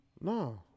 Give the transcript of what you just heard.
No